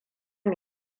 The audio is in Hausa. mu